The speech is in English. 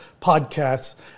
Podcasts